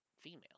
female